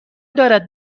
دارد